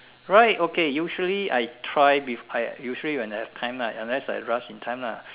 Ryde okay usually I try before I usually when I have time right unless I rush in time lah